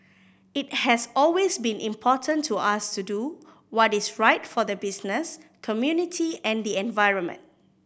it has always been important to us to do what is right for the business community and the environment